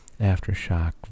aftershock